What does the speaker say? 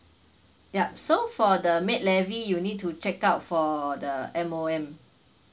yup so for the maid levy you need to check out for the M_O_M